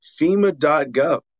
fema.gov